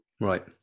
Right